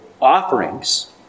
offerings